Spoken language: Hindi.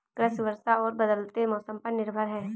कृषि वर्षा और बदलते मौसम पर निर्भर है